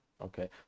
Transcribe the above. Okay